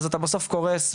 אז אתה בסוף קורס,